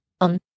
On